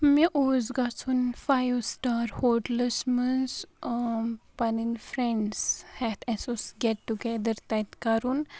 مےٚ اوس گَژھُن فایِو سٹار ہوٹلَس منٛز پَنٕنۍ فرٛینٛڈٕس ہیٚتھ اسہِ اوس گیٚٹ ٹُو گیدَر تَتہِ کَرُن